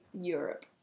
Europe